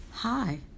Hi